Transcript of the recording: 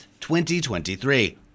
2023